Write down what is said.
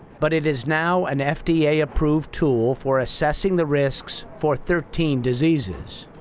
but it is now an fda-approved tool for assessing the risks for thirteen diseases.